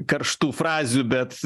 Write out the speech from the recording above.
karštų frazių bet